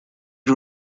was